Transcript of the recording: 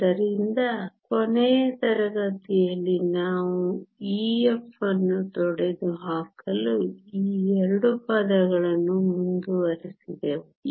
ಆದ್ದರಿಂದ ಕೊನೆಯ ತರಗತಿಯಲ್ಲಿ ನಾವು Ef ಅನ್ನು ತೊಡೆದುಹಾಕಲು ಈ ಎರಡು ಪದಗಳನ್ನು ಮುಂದುವರಿಸಿದೆವು